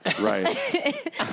Right